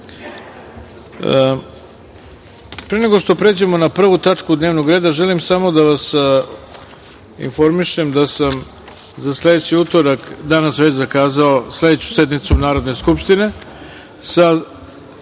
nego što pređemo na prvu tačku dnevnog reda, želim samo da vas informišem da sam za sledeći utorak već danas zakazao sledeću sednicu Narodne skupštine,